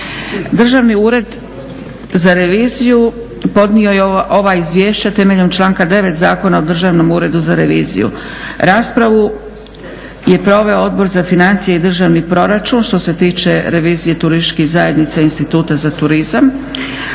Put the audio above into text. Državni ured za reviziju podnio je ova izvješća temeljem članka 9. Zakona o Državnom uredu za reviziju. Raspravu je proveo Odbor za financije i državni proračun što se tiče revizije turističkih zajednica i Instituta za turizam,